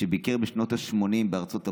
כשביקר בשנות השמונים בארצות הברית,